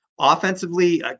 offensively